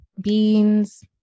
beans